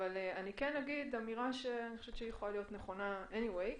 אגיד אמירה שיכולה להיות נכונה בכל מקרה,